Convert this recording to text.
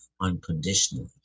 unconditionally